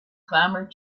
clamored